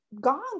gone